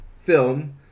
film